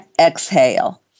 exhale